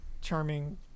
charming